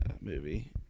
Movie